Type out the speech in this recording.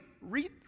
read